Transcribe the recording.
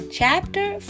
Chapter